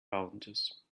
rounders